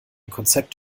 konzept